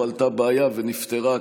הועלתה בעיה ונפתרה,